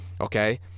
Okay